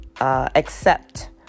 accept